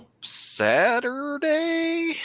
Saturday